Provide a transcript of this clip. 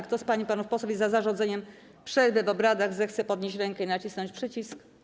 Kto z pań i panów posłów jest za zarządzeniem przerwy w obradach, zechce podnieść rękę i nacisnąć przycisk.